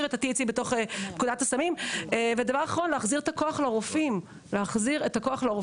להחזיר את הכוח לרופאים המטפלים,